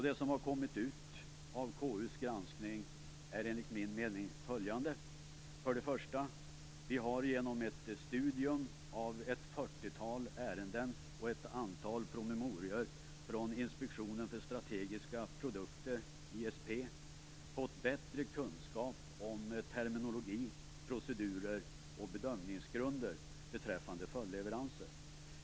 Det som har kommit ut av KU:s granskning är, enligt min mening, följande: 1. Vi har genom ett studium av ett fyrtiotal ärenden och ett antal promemorior från Inspektionen för strategiska produkter, ISP, fått bättre kunskap om terminologi, procedurer och bedömningsgrunder beträffande följdleveranser.